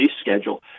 schedule